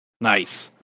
Nice